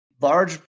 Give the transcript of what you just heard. large